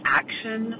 action